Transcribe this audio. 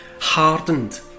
hardened